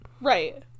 Right